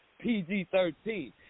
PG-13